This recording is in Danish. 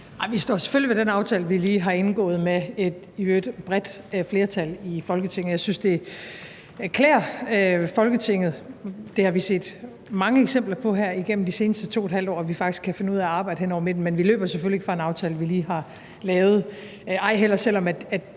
Vi står selvfølgelig ved den aftale, vi lige har indgået med et i øvrigt bredt flertal i Folketinget. Jeg synes, det klæder Folketinget – og det har vi set mange eksempler på her igennem de seneste 2½ år – at vi faktisk kan finde ud af at arbejde hen over midten. Men vi løber selvfølgelig ikke fra en aftale, vi lige har lavet, ej heller – og det